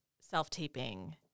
self-taping